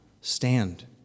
stand